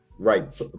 Right